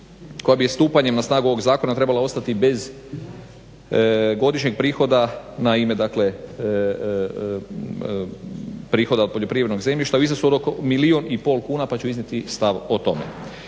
koja bi stupanjem na snagu ovoga zakona trebala ostati bez godišnjeg prihoda na ime prihoda od poljoprivrednog zemljišta u iznosu od milijun i pol kuna pa ću iznijeti stav o tome.